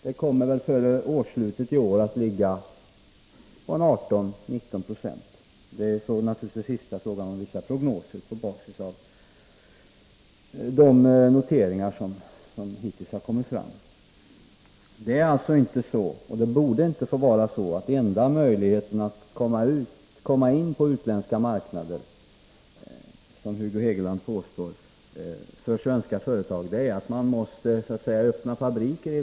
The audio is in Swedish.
Det kommer före årets slut att ligga på 18319 96, enligt prognoser på basis av de noteringar som hittills har kommit fram. Det är alltså inte så, och det borde inte få vara så, att enda möjligheten för svenska företag att komma in på utländska marknader är så att säga att öppna fabriker inom länderna, vilket Hugo Hegeland påstår.